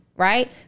Right